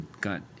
got